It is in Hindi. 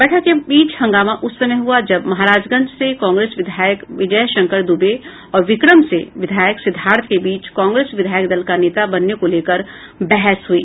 बैठक के बीच हंगामा उस समय हुआ जब महाराजगंज से कांग्रेस विधायक विजय शंकर दूबे और विक्रम से विधायक सिद्धार्थ के बीच कांग्रेस विधायक दल का नेता बनने को लेकर बहस हो गई